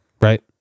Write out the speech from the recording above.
Right